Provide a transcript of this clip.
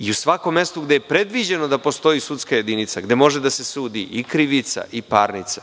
U svakom mestu gde je predviđeno da postoji sudska jedinica, gde može da se sudi i krivica i parnica,